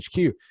HQ